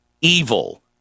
evil